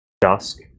dusk